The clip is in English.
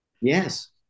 yes